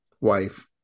wife